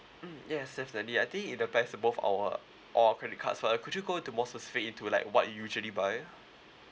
mm yes definitely I think it applies to both our all our credit cards so uh could you go into more specific into like what you usually buy